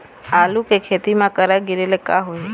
आलू के खेती म करा गिरेले का होही?